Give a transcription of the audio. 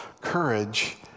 courage